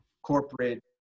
corporate